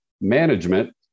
management